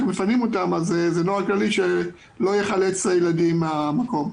מפנים אותם אז זה נוהל כללי שלא יחלץ את הילדים מן המקום.